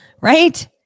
right